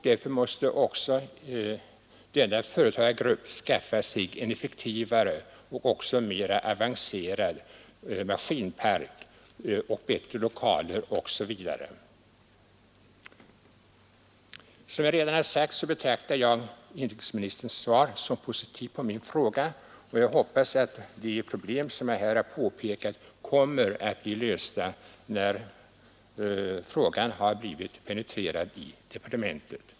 Därför måste också denna företagargrupp skaffa sig en effektivare och mer avancerad maskinpark, bättre lokaler OSV. Som jag redan har sagt betraktar jag inrikesministerns svar på min fråga som positivt, och jag hoppas att de problem som jag här har påpekat kommer att bli lösta när frågan har penetrerats i departementet.